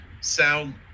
sound